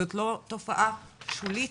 זאת לא תופעה שולית,